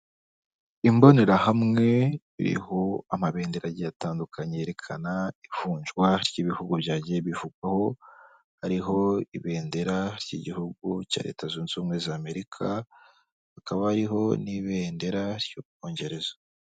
Imbonerahamwe iriho amabendera agiye atandukanye yerekana ivunjwa ry'ibihugu byagiye bivugwaho, hari ibendera ry'igihugu cya Leta zunze ubumwe za Amerika, hakaba hariho n'ibendera ry'ubwongereza.